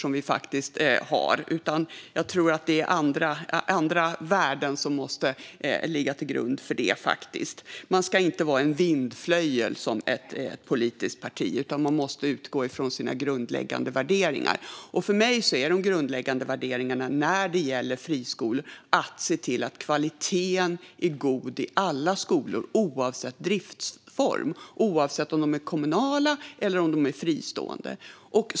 Jag tror faktiskt att det är andra värden som måste ligga till grund för dem. Ett politiskt parti ska inte vara en vindflöjel, utan man måste utgå från sina grundläggande värderingar. För mig är de grundläggande värderingarna när det gäller friskolor att se till att kvaliteten är god i alla skolor oavsett driftsform, det vill säga oavsett om de är kommunala eller om de är fristående.